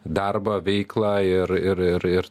darbą veiklą ir ir ir ir